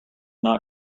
not